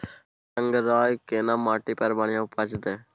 गंगराय केना माटी पर बढ़िया उपजते?